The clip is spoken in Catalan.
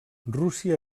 rússia